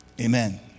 Amen